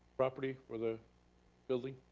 property? for the building?